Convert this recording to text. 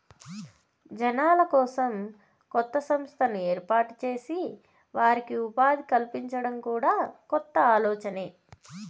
జనాల కోసం కొత్త సంస్థను ఏర్పాటు చేసి వారికి ఉపాధి కల్పించడం కూడా కొత్త ఆలోచనే